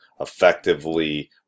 effectively